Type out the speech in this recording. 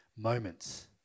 Moments